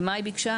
למה היא ביקשה?